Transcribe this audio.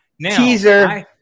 Teaser